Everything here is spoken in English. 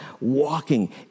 walking